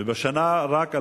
ובשנה רק,